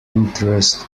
interest